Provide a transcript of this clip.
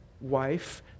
wife